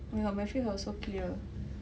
oh my god my face was so clear